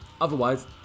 Otherwise